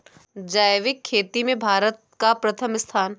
जैविक खेती में भारत का प्रथम स्थान